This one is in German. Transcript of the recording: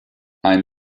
ein